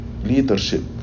leadership